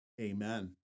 Amen